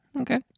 okay